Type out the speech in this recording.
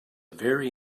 very